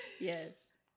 Yes